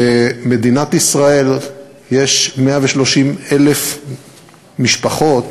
במדינת ישראל יש 130,000 משפחות